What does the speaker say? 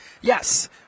Yes